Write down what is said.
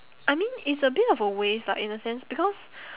I mean it's a bit of a waste ah in a sense because